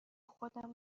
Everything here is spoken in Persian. خودم